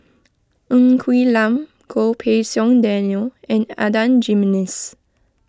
Ng Quee Lam Goh Pei Siong Daniel and Adan Jimenez